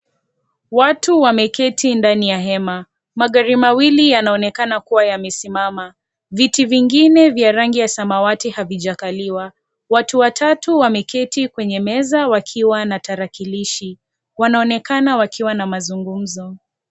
Watu wameketi ndani ya hema magari mawili yanaonekana kuwa yamesimama viti vingine vya rangi ya samawati havijakaliwa, watu watatu wameketi kwenye meza wakiwa na talakilishi wanaonekana wakiwa na mazungumzo.